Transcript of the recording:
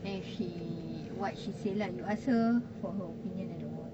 then if she what he say lah you ask her for her opinion and all